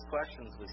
questions